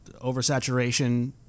oversaturation